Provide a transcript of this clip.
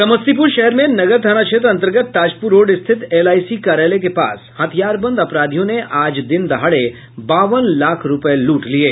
समस्तीपूर शहर में नगर थाना क्षेत्र अंतर्गत ताजपूर रोड स्थित एलआईसी कार्यालय के पास हथियार बंद अपराधियों ने आज दिनदहाड़े बावन लाख रूपये लूट लिये